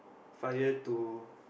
fire to